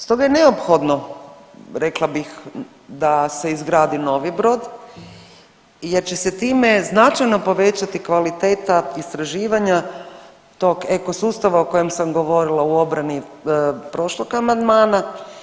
Stoga je neophodno rekla bih da se izgradi novi brod jer će se time značajno povećati kvaliteta istraživanja tog ekosustava o kojem sam govorila u obrani prošlog amandmana.